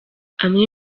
amwe